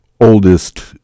oldest